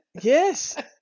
Yes